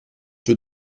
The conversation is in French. peu